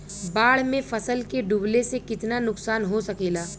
बाढ़ मे फसल के डुबले से कितना नुकसान हो सकेला?